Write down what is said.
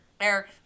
Eric